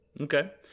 Okay